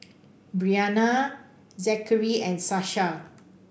Briana Zackery and Sasha